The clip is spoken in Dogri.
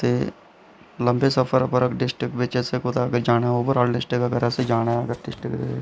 ते लंबे सफर पर अगर असें कुतै जाना होग तां डिस्ट्रिक अगर असें जाना होऐ तां